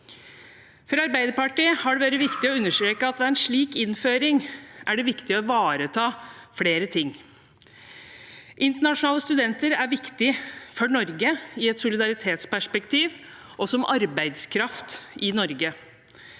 For Arbeiderpartiet har det vært viktig å understreke at ved en slik innføring må en ivareta flere ting. Internasjonale studenter er viktig for Norge i et solidaritetsperspektiv og som arbeidskraft i Norge.